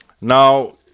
Now